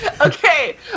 Okay